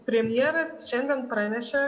premjeras šiandien pranešė